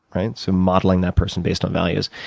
so modeling that person based on values.